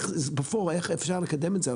בפועל איך אפשר לקדם את זה?